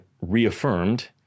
reaffirmed